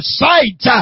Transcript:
sight